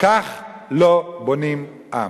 כך לא בונים עַם.